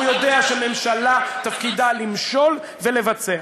הוא יודע שממשלה, תפקידה למשול ולבצע.